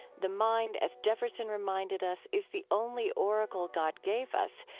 the mind, as jefferson reminded us, is the only oracle god gave us.